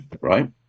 right